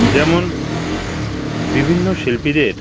যেমন বিভিন্ন শিল্পীদের